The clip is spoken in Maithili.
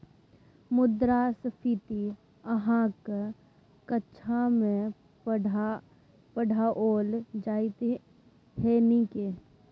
मुद्रास्फीति अहाँक कक्षामे पढ़ाओल जाइत यै की नै?